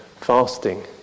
fasting